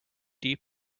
deep